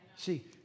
See